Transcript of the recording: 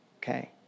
okay